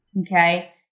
Okay